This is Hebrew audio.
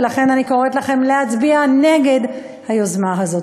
ולכן אני קוראת לכם להצביע נגד היוזמה הזאת.